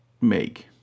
make